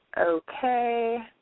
Okay